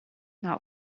now